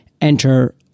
enter